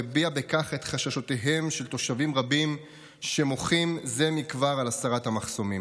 והביע בכך את חששותיהם של תושבים רבים שמוחים זה מכבר על הסרת המחסומים.